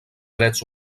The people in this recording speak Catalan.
drets